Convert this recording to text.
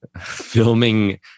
filming